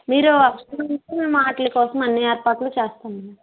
మీరు వస్తాం అంటే మేము వాటి కోసం అన్ని ఏర్పాట్లు చేస్తాం మేడం